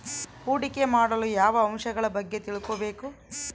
ಹೂಡಿಕೆ ಮಾಡಲು ಯಾವ ಅಂಶಗಳ ಬಗ್ಗೆ ತಿಳ್ಕೊಬೇಕು?